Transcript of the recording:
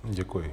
Děkuji.